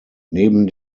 neben